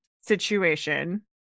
situation